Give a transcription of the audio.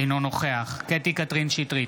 אינו נוכח קטי קטרין שטרית,